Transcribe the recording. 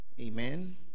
Amen